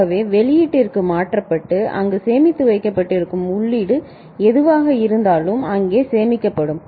ஆகவே வெளியீட்டிற்கு மாற்றப்பட்டு அங்கு சேமித்து வைக்கப்பட்டிருக்கும் உள்ளீடு எதுவாக இருந்தாலும் அங்கே சேமிக்கப்படும்